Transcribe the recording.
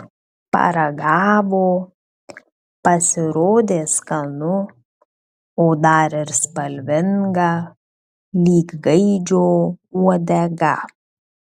paragavo pasirodė skanu o dar ir spalvinga lyg gaidžio uodega